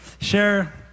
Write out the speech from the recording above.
share